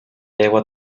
aigua